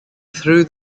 through